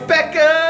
Becca